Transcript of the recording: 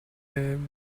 them